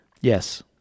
Yes